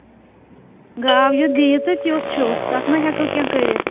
گاو یُتھ دی تہٕ تیُتھ چھُ تَتھ مہ ہٮ۪کَو کیٚنہہ کٔرِتھ